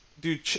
dude